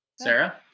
Sarah